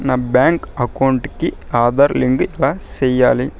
నా bank account కి Aadhaar link ఎలా సేయాలి